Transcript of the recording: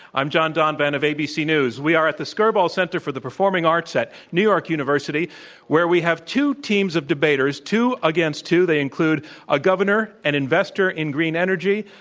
i'm john donvan of abc news. we are at the skirball center for the performing arts at new york university where we have two teams of debaters, two against two. they include a governor and investor in green energy,